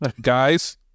guys